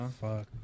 fuck